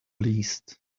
least